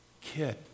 kid